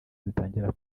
zitangira